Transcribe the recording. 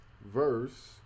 verse